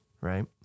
right